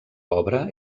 obra